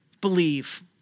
believe